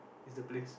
it's the place